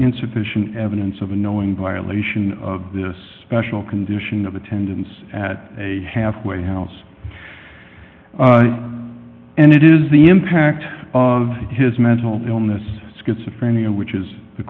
insufficient evidence of unknowing violation of the special condition of attendance at a halfway house and it is the impact of his mental illness schizophrenia which is the